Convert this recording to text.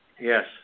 Yes